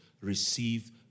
receive